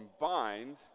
combined